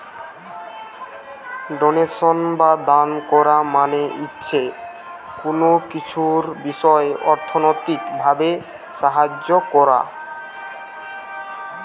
donation বা দান কোরা মানে হচ্ছে কুনো কিছুর বিষয় অর্থনৈতিক ভাবে সাহায্য কোরা